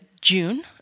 June